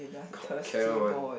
co~ cal one